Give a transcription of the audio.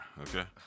okay